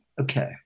okay